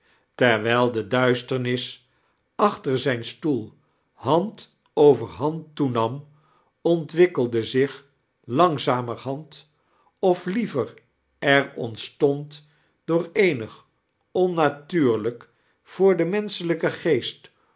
terwijl de duisternis aahter zijn stoel hand over hand toenam ontwikkelde zich langzamerhand of lievea er ontstoad door eenig onnatuurlijk voor den mens'chelijken geest